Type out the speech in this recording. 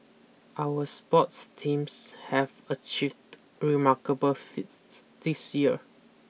our sports teams have achieved remarkable feats this year